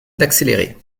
d’accélérer